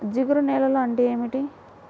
జిగురు నేలలు అంటే ఏమిటీ?